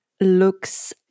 looks